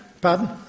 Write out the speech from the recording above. pardon